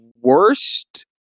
worst